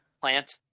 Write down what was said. plant